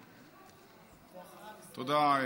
תודה,